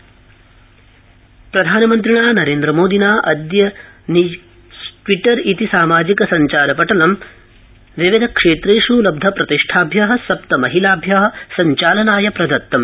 प्रधानमन्त्री टिवटर प्रधानमन्त्रिणा नरेन्द्रमोदिना अदय ट्रिवटर इति सामाजिक सञ्चार पटलं विविध क्षेत्रेष् लब्धप्रतिष्ठाभ्य सप्त महिलाभ्य सञ्चालनाय प्रदतम्